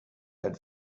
had